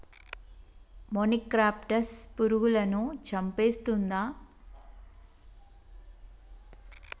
మొనిక్రప్టస్ పురుగులను చంపేస్తుందా?